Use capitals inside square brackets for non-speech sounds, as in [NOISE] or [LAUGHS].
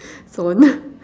sawn [LAUGHS]